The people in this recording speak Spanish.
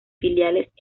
filiales